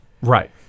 Right